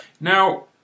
Now